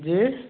जी